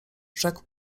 rzekł